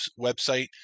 website